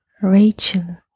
Rachel